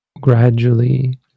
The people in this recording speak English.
gradually